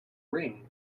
ring